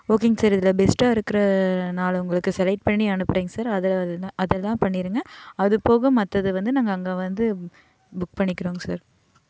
ஓகேங்க சார் இதில் பெஸ்ட்டாக இருக்கிற நால உங்களுக்கு செலைக்ட் பண்ணி அனுப்புறங்க சார் அதெல்லாம் பண்ணி விடுங்க அது போக மற்றத வந்து நாங்கள் அங்கே வந்து புக் பண்ணிக்கிறோங்க சார்